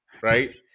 Right